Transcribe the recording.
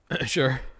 Sure